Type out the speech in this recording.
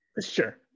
Sure